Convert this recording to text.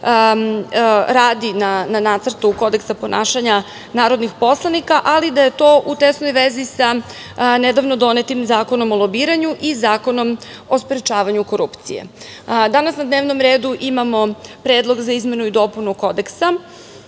radi na Nacrtu Kodeksa ponašanja narodnih poslanika, ali da je to u tesnoj vezi sa nedavno donetim Zakonom o lobiranju i Zakonom o sprečavanju korupcije. Danas na dnevnom redu imamo Predlog za izmenu i dopunu Kodeksa.